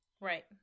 Right